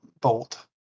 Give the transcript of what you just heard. bolt